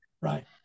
right